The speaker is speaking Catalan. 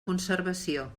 conservació